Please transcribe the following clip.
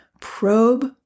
Probe